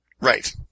Right